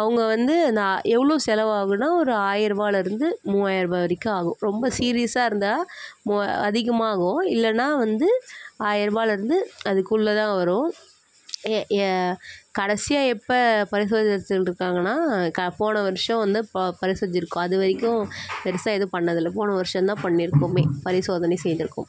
அவங்க வந்து இந்த எவ்வளோ செலவாகும்னா ஒரு ஆயருபாயிலருந்து மூவாயரருபா வரைக்கும் ஆகும் ரொம்ப சீரியஸாக இருந்தால் மூவா அதிகமாகும் இல்லைன்னா வந்து ஆயரருபாலருந்து அதுக்குள்ள தான் வரும் எ எ கடைசியாக எப்போ பரிசோதனை சென்றுக்காங்கன்னால் கா போன வருடம் வந்து இப்போ பரிசோதிச்சிருக்கோம் அதுவரைக்கும் பெருசாக எதுவும் பண்ணதில்லை போன வருஷம் தான் பண்ணிருக்கோமே பரிசோதனை செய்திருக்கோம்